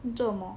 你做什么